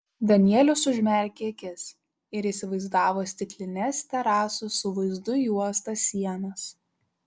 danielius užmerkė akis ir įsivaizdavo stiklines terasų su vaizdu į uostą sienas